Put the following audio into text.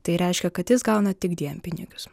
tai reiškia kad jis gauna tik dienpinigius